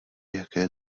jaké